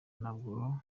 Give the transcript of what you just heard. ntabwo